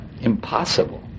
Impossible